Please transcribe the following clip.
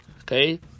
okay